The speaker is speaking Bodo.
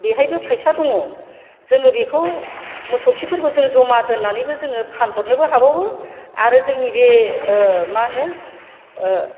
बेहायबो फैसा दङ जोङो बेखौ मोसौ खिफोरखौ जों जमा दोननानैबो जोङो फानहरनोबो हाबावो आरो जोंनि बे मा होनो